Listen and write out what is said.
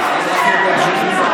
כיבוש זה שקר,